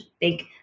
big